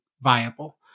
viable